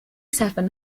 seven